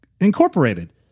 incorporated